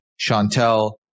Chantel